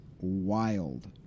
wild